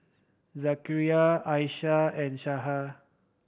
Zakaria Aishah and